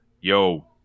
yo